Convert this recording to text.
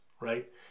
right